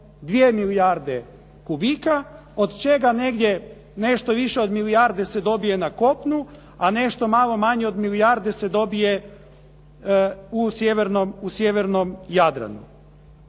oko 2 milijarde kubika od čega negdje nešto više od milijarde se dobije na kopnu, a nešto malo manje od milijarde se dobije u sjevernom Jadranu.